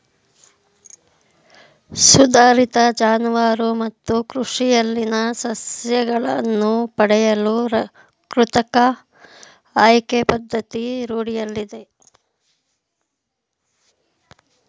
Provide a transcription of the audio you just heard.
ಸುಧಾರಿತ ಜಾನುವಾರು ಮತ್ತು ಕೃಷಿಯಲ್ಲಿನ ಸಸ್ಯಗಳನ್ನು ಪಡೆಯಲು ಕೃತಕ ಆಯ್ಕೆಯ ಪದ್ಧತಿ ರೂಢಿಯಲ್ಲಿದೆ